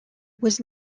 was